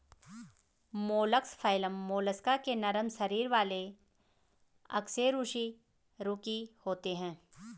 mollusc phylum Mollusca के नरम शरीर वाले अकशेरुकी होते हैं